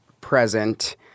present